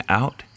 out